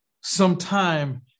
sometime